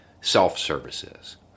self-services